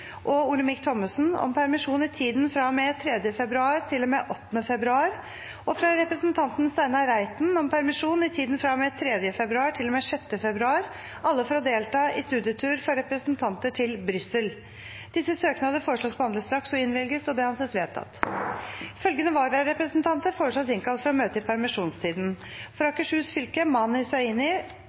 og Olemic Thommessen om permisjon i tiden fra og med 3. februar til og med 8. februar, og fra representanten Steinar Reiten om permisjon i tiden fra og med 3. februar til og med 6. februar – alle for å delta på studietur for representanter til Brussel Etter forslag fra presidenten ble enstemmig besluttet: Søknadene behandles straks og innvilges. Følgende vararepresentanter innkalles for å møte i permisjonstiden: For Akershus fylke: Mani Hussaini